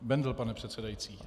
Bendl, pane předsedající.